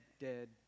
dead